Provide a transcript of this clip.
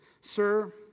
Sir